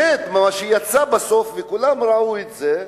מה שבסוף יצא, וכולם ראו את זה,